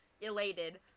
elated